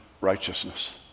righteousness